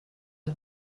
est